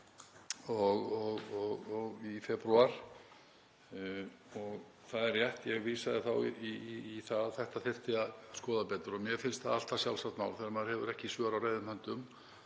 í febrúar. Það er rétt að þá vísaði ég í það að þetta þyrfti að skoða betur og mér finnst það alltaf sjálfsagt mál þegar maður hefur ekki svör á reiðum höndum